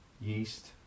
yeast